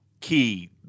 key